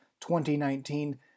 2019